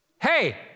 hey